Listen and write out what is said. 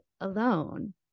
alone